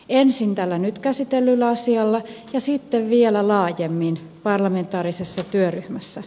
ensin tällä nyt käsitellyllä asialla ja sitten vielä laajemmin parlamentaarisessa työryhmässä